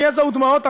יזע ודמעות,